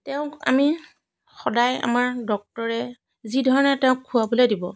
তেওঁক আমি সদায় আমাৰ ডক্টৰে যি ধৰণে তেওঁক খোৱাবলৈ দিব